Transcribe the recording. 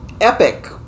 epic